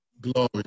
Glory